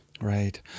Right